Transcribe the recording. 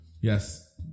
Yes